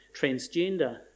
transgender